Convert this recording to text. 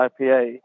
ipa